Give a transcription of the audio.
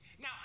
Now